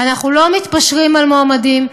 אנחנו לא מתפשרים על מועמדים.